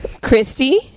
Christy